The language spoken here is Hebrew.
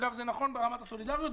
אגב, זה נכון ברמת הסולידריות.